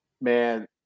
man